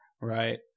Right